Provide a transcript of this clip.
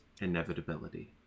inevitability